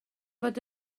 fod